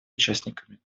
участниками